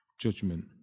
judgment